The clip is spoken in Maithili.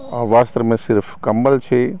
वस्त्रमे सिर्फ कम्बल छी